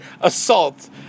assault